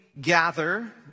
gather